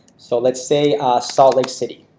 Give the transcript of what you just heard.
so let's say salt lake city.